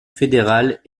fédérale